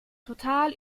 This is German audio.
total